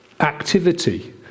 activity